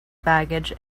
baggage